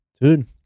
dude